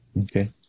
Okay